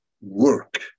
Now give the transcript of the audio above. work